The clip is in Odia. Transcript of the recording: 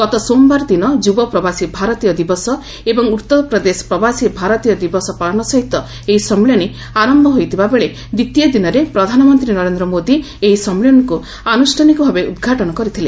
ଗତ ସୋମବାର ଦିନ ଯୁବ ପ୍ରବାସୀ ଭାରତୀୟ ଦିବସ ଏବଂ ଉତ୍ତରପ୍ରଦେଶ ପ୍ରବାସୀ ଭାରତୀୟ ଦିବସ ପାଳନ ସହିତ ଏହି ସମ୍ମିଳନୀ ଆରମ୍ଭ ହୋଇଥିବା ବେଳେ ଦ୍ୱିତୀୟ ଦିନରେ ପ୍ରଧାନମନ୍ତ୍ରୀ ନରେନ୍ଦ୍ର ମୋଦି ଏହି ସମ୍ମିଳନୀକୁ ଆନୁଷ୍ଠାନିକ ଭାବେ ଉଦ୍ଘାଟନ କରିଥିଲେ